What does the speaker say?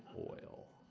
oil.